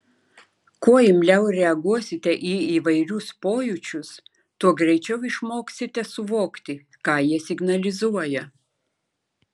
kuo imliau reaguosite į įvairius pojūčius tuo greičiau išmoksite suvokti ką jie signalizuoja